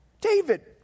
David